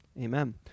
Amen